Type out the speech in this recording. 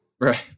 Right